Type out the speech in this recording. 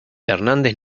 hernández